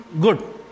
good